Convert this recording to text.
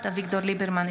נוכחת אביגדור ליברמן,